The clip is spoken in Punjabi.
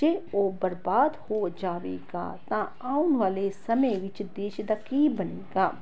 ਜੇ ਉਹ ਬਰਬਾਦ ਹੋ ਜਾਵੇਗਾ ਤਾਂ ਆਉਣ ਵਾਲੇ ਸਮੇਂ ਵਿੱਚ ਦੇਸ਼ ਦਾ ਕੀ ਬਣੇਗਾ